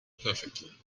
perfectly